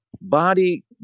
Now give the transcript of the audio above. body